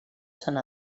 sant